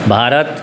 Bharat